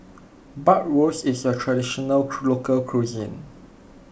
Bratwurst is a Traditional Local Cuisine